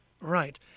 Right